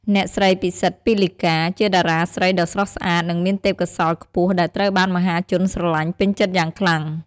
អ្នកស្រី ពិសិដ្ឋ ពីលីកា ជាតារាស្រីដ៏ស្រស់ស្អាត និងមានទេពកោសល្យខ្ពស់ ដែលត្រូវបានមហាជនស្រលាញ់ពេញចិត្តយ៉ាងខ្លាំង។